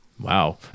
Wow